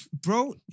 bro